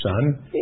son